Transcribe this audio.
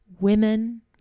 women